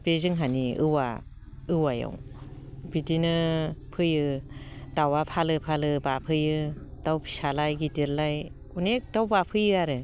बे जोंहानि औवायाव बिदिनो फैयो दाउआ फालो फालो बाफैयो दाउ फिसालाय गिदिरलाय अनेक दाउ बाफैयो आरो